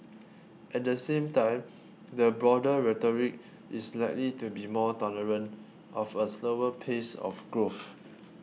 at the same time the broader rhetoric is likely to be more tolerant of a slower pace of growth